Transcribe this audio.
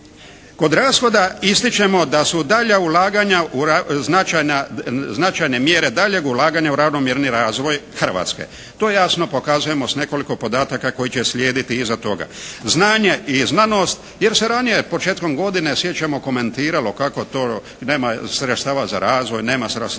Kod rashoda ističemo da su dalja ulaganja, značajne mjere daljeg ulaganja u ravnomjerni razvoj Hrvatske. To jasno pokazujemo s nekoliko podataka koji će slijediti iza toga, znanje i znanost jer se ranije početkom godine sjećamo komentiralo kako to nema sredstava za razvoj, nema,